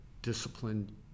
disciplined